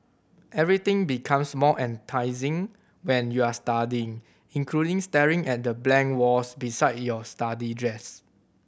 everything becomes more enticing when you're studying including staring at the blank walls beside your study desk